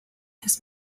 his